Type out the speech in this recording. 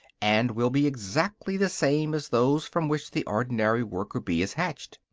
and will be exactly the same as those from which the ordinary worker-bee is hatched.